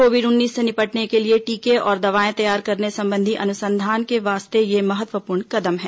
Covid उन्नीस से निपटने के लिए टीके और दवाएं तैयार करने संबंधी अनुसंधान के वास्ते यह महत्वपूर्ण कदम है